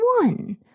one